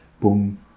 boom